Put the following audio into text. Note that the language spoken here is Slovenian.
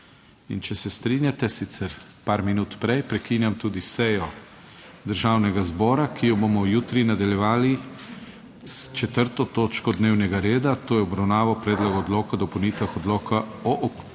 in če se strinjate, sicer par minut prej prekinjam tudi sejo Državnega zbora, ki jo bomo jutri nadaljevali s 4. točko dnevnega reda, to je obravnavo Predloga odloka o dopolnitvah odloka o okviru